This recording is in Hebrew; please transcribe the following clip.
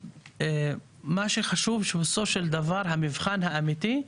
ומה שחשוב שהוא סוף של דבר המבחן האמיתי,